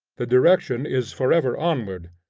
the direction is forever onward,